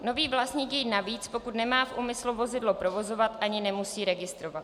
Nový vlastník jej navíc, pokud nemá v úmyslu vozidlo provozovat, ani nemusí registrovat.